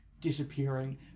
disappearing